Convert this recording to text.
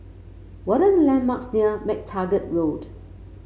what are the landmarks near MacTaggart Road